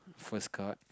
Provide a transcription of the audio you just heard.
first card